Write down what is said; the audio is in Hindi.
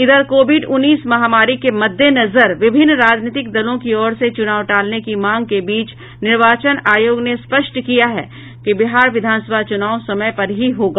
इधर कोविड उन्नीस महामारी के मद्देनजर विभिन्न राजनीतिक दलों की ओर से चुनाव टालने की मांग के बीच निर्वाचन आयोग ने स्पष्ट किया है कि बिहार विधानसभा चुनाव समय पर ही होगा